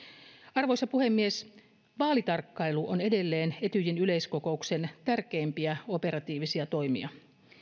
arvoisa puhemies vaalitarkkailu on edelleen etyjin yleiskokouksen tärkeimpiä operatiivisia toimia